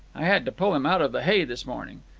i had to pull him out of the hay this morning.